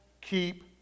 keep